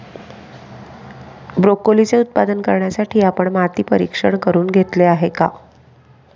ब्रोकोलीचे उत्पादन करण्यासाठी आपण माती परीक्षण करुन घेतले आहे का?